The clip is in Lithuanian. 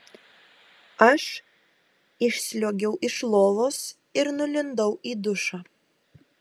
aš išsliuogiau iš lovos ir nulindau į dušą